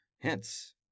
Hence